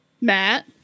Matt